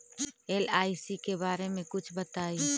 LIC के बारे मे कुछ बताई?